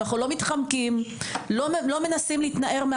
אנחנו לא מתחמקים ולא מנסים להתנער.